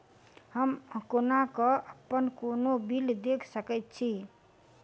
हम कोना कऽ अप्पन कोनो बिल देख सकैत छी?